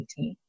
18